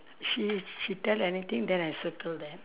she she tell anything that I circle there